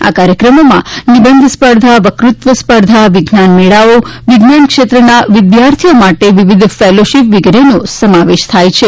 આ કાર્યક્રમોમાં નિબંધ સ્પર્ધા વકૃત્વ સ્પર્ધા વિજ્ઞાન મેળાઓ વિજ્ઞાન ક્ષેત્રના વિદ્યાર્થીઓ માટે વિવિધ ફેલોશીપનો સમાવેશ થાય છે